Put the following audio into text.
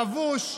לבוש,